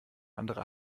andere